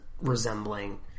resembling